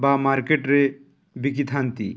ବା ମାର୍କେଟରେ ବିକିଥାନ୍ତି